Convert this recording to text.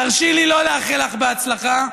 תרשי לי שלא לאחל לך בהצלחה,